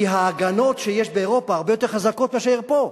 כי ההגנות שיש באירופה הן הרבה יותר חזקות מאשר פה.